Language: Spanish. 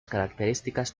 características